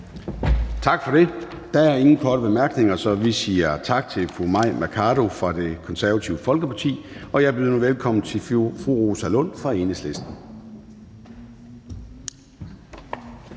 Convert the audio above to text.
Tak for det. Der er ingen korte bemærkninger, så vi siger tak til fru Mai Mercado fra Det Konservative Folkeparti. Jeg byder nu velkommen til fru Rosa Lund fra Enhedslisten.